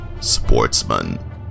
sportsman